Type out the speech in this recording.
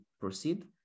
proceed